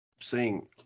seeing